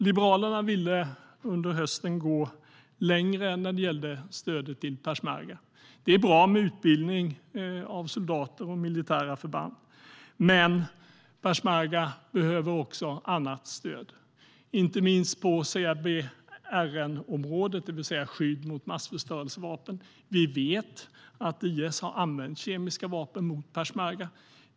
Liberalerna ville under hösten gå längre när det gällde stöd till peshmerga. Det är bra med utbildning av soldater och militära förband. Men peshmerga behöver också annat stöd, inte minst på CBRN-området, det vill säga skydd mot massförstörelsevapen. Vi vet att IS har använt kemiska vapen mot peshmerga.